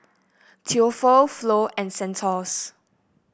Theophile Flo and Santos